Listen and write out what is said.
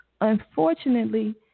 Unfortunately